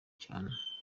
cyane